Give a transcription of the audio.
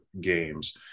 games